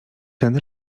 ten